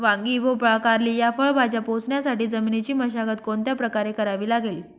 वांगी, भोपळा, कारली या फळभाज्या पोसण्यासाठी जमिनीची मशागत कोणत्या प्रकारे करावी लागेल?